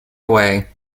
away